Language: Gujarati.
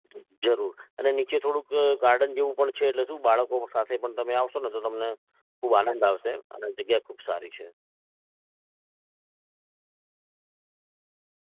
હ જરૂર અને નીચે થોડુંક ગાર્ડન જેવું પણ છે એટલે શું બાળકો સાથે પણ તમે આવશોને તો તમને ખૂબ આનંદ આવશે અને જગ્યા ખૂબ સારી છે